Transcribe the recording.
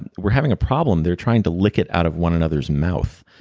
and we're having a problem. they're trying to lick it out of one another's mouth.